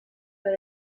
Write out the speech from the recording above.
per